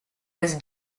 his